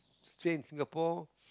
stay in Singapore